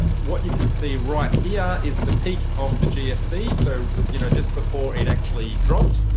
what you can see right here is the peak of the gfc so you know just before it actually dropped.